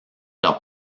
leur